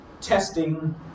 Testing